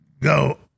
go